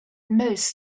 most